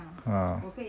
ah